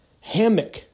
hammock